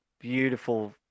Beautiful